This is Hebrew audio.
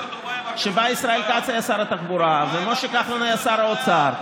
שבה ישראל כץ היה שר התחבורה ומשה כחלון היה שר האוצר,